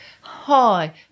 hi